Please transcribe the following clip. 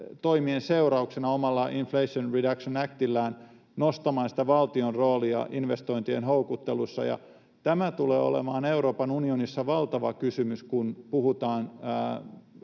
toimien seurauksena omalla Inflation Reduction Actillaan nostamaan sitä valtion roolia investointien houkuttelussa. Tämä tulee olemaan Euroopan unionissa valtava kysymys, kun puhutaan